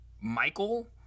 Michael